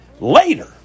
later